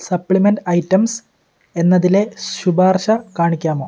supplement items എന്നതിലെ ശുപാർശ കാണിക്കാമോ